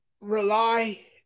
rely